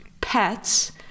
pets